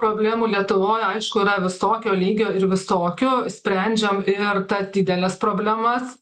problemų lietuvoj aišku yra visokio lygio ir visokių sprendžiam ir tas dideles problemas